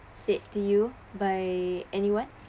said to you by anyone